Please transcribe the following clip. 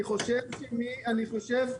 אני יכול לענות?